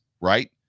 right